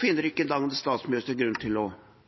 finner ikke dagens statsminister grunn til å